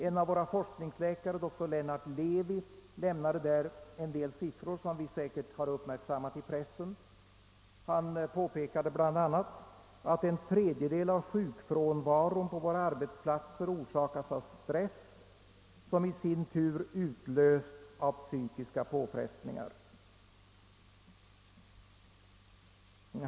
En av våra forskningsläkare, doktor Lennart Levi, lämnade där en del siffror som vi säkert alla uppmärksammat i pressen. Han påpekade bl.a. att en tredjedel av sjukfrånvaron på våra arbetsplatser orsakas av stress, som i sin tur utlösts av psykiska påfrestningar.